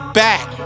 back